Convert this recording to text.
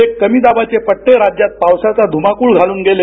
हे कमी दाबाचे पट्टे राज्यात पावसाचा धुमाकूळ घालून गेले